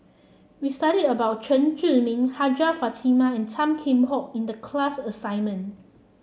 we studied about Chen Zhiming Hajjah Fatimah and Tan Kheam Hock in the class assignment